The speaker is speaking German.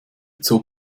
zog